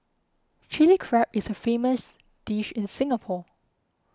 Chilli Crab is a famous dish in Singapore